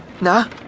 Nah